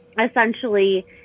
essentially